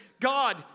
God